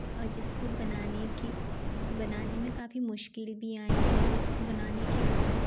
और जिसको बनाने की बनाने में काफ़ी मुश्किल भी आई थी और उसको बनाने के बाद